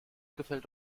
gefällt